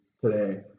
today